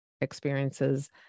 experiences